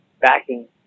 backing